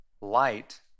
Light